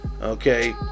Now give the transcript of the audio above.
okay